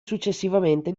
successivamente